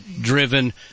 driven